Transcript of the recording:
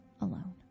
alone